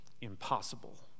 impossible